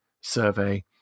survey